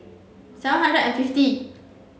seven hundred and fifty